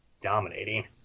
dominating